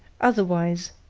otherwise,